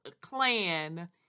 Clan